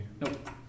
Nope